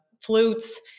flutes